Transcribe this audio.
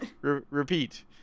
repeat